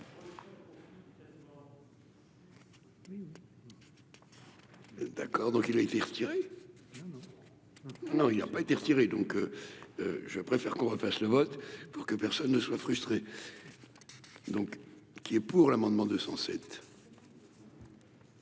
D'accord, donc il a été retiré, non, il y a pas été retiré, donc je préfère qu'on fasse le vote pour que personne ne soit frustré, donc qui est pour l'amendement 207.